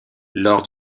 lors